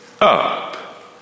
up